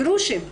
גרושים.